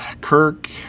Kirk